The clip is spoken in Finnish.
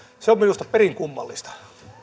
se on minusta perin kummallista